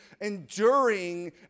enduring